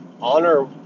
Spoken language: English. Honor